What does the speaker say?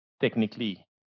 technically